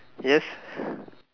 yes